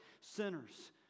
sinners